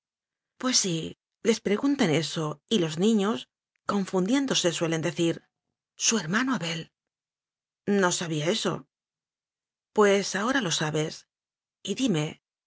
pues sí les preguntan eso y los niños confundiéndose suelen decir su hermano abel no sabía eso pues ahora lo sabes y dime